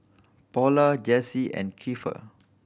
Paula Jessee and Keifer